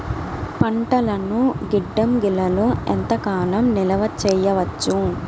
పంటలను గిడ్డంగిలలో ఎంత కాలం నిలవ చెయ్యవచ్చు?